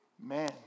Man